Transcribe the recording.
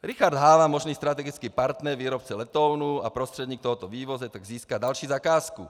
Richard Háva, možný strategický partner výrobce letounů a prostředník tohoto vývozu tak získá další zakázku.